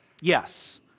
Yes